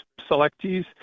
selectees